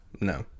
no